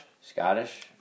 Scottish